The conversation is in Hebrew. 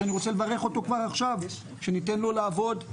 שאני רוצה לברך אותו כבר עכשיו שניתן לו לעבוד.